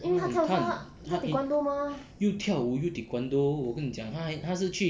因为你看他又跳舞又 taekwondo 我跟你讲他是去